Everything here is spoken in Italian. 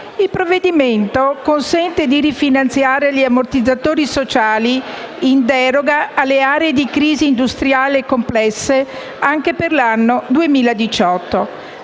Il provvedimento consente di rifinanziare gli ammortizzatori sociali in deroga alle aree di crisi industriale complesse, anche per l'anno 2018.